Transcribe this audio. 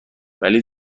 ولی